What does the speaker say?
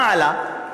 מה עלה?